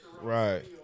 Right